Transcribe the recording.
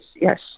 Yes